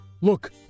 Look